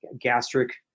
gastric